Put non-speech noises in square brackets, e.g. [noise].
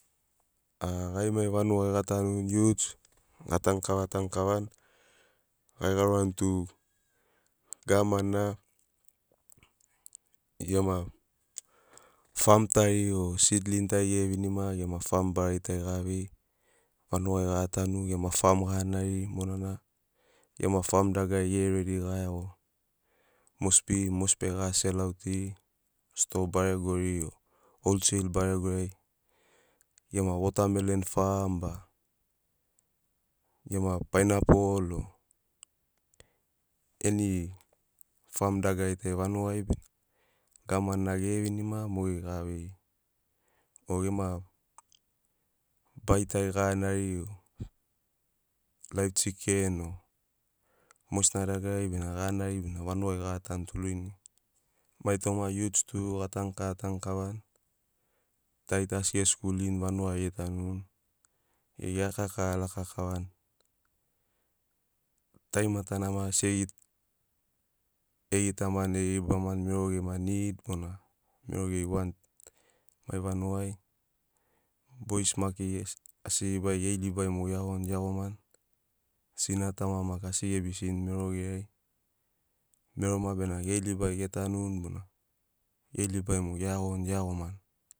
[hesitation] gai mai vanugai gatanuni youths gatanu kava tanu kavani gai guarani tu gavman na gema fam tari o sidling tari gere vinima gema fam barari tari gara vei vanugai gara tanu gema fam gara nariri monana gema fam dagarari gee redi gara iago mosbi. Mosbi ai gara selautiri sto baregori o holsel baregori ai gema wotamelen fam be gema painapol o eni fam dagarari tari vanugai bena gavman nag ere vinima mogeri gara veiri o gema bai tari gara nariri o laiv chiken o mogesina dagarari bena gara nariri bena vanugai gara tan utu lorinai. Mai toma youths tu gatanu kava tanu kavani tari asi geskulini vanugai getanuni e geri geraka kava raka kavani tarimatana maki asi e gitamani e ribamani mero gema nid bona mero geri want mai vanugai bois maki asi libari geri libai mogo ge iagoni geiagomani sina tama maki asi gebisini mero geri ai mero maki bena geri libai getanuni bona geri libai mogo geiagoni gieagomani.